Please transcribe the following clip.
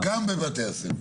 גם בבתי הספר.